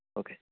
okay